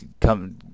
come